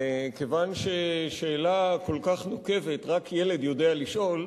וכיוון ששאלה כל כך מורכבת רק ילד יודע לשאול,